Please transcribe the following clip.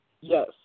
Yes